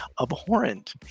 abhorrent